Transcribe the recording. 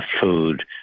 food